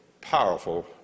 powerful